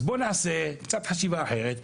אז בואו נעשה קצת חשיבה אחרת,